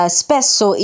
spesso